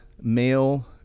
male